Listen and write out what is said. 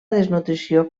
desnutrició